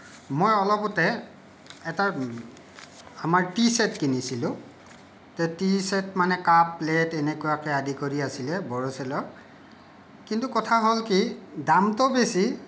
মই অলপতে এটা আমাৰ টি ছেট কিনিছিলোঁ তে টি ছেট মানে কাপ প্লেট এনেকুৱাকৈ আদি কৰি আছিলে বৰ'চেলৰ কিন্তু কথা হ'ল কি দামটো বেছি